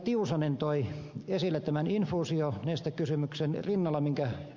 tiusanen toi esille tämän infuusionestekysymyksen rinnalla minkä ed